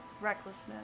recklessness